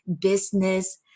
business